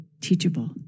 teachable